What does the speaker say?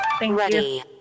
Ready